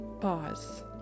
Pause